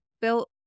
built